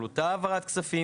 על אותה העברת כספים